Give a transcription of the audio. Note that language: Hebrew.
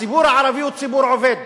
הציבור הערבי הוא ציבור עובד.